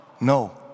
No